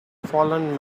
fallen